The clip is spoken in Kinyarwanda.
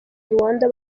rwanda